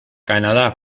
canadá